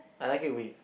I like it with